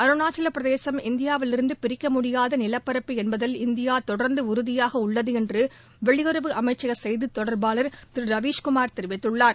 அருணாச்சல பிரதேசம் இந்தியாவிலிருந்து பிரிக்க முடியாத நிலப்பரப்பு என்பதில் இந்தியா தொடர்ந்து உறுதியாக உள்ளது என்று வெளியுறவு அமைச்சக செய்தி தொடர்பாளர் திரு ரவீஸ் குமார் தெரிவித்துள்ளார்